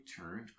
turned